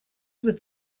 with